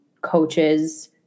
coaches